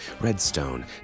Redstone